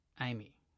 Amy